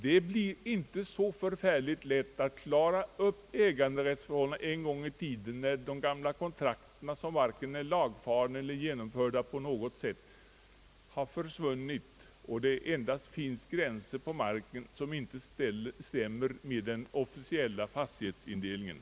Det blir inte lätt att klara upp äganderättsförhållandena när en gång de gamla kontrakten, som varken är lagfarna eller officiella på något sätt, har försvunnit och det endast på marken finns gränser som inte stämmer med den officiella fastighetsindelningen.